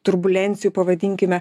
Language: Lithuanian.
turbulencijų pavadinkime